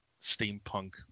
steampunk